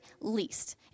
least